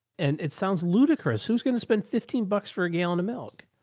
and it sounds ludicrous. who's going to spend fifteen bucks for a gallon of milk.